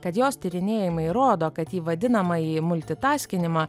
kad jos tyrinėjimai rodo kad į vadinamąjį multitaskinimą